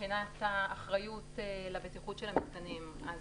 מבחינת האחריות לבטיחות של המתקנים אז